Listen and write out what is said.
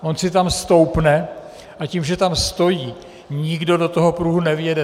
On si tam stoupne, a tím, že tam stojí, nikdo do toho pruhu nevjede.